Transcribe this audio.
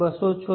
276 1